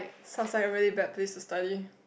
sounds like really a bad place to study